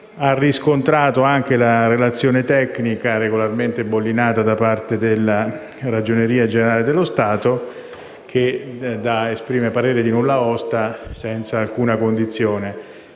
ha riscontrato anche che la relazione tecnica, regolarmente bollinata da parte della Ragioneria generale dello Stato, esprime parere di nulla osta senza alcuna condizione.